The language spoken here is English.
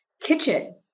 kitchen